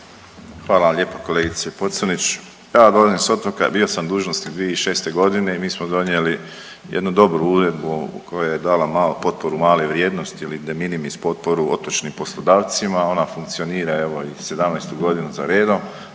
vam lijepo kolegice Pocrnić. Ja dolazim s otoka, bio sam na dužnosti 2006.g. i mi smo donijeli jednu dobru uredbu koja je dala malu, potporu male vrijednosti ili deminimis potporu otočnim poslodavcima ona funkcionira evo i 17 godinu za redom,